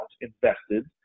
invested